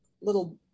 little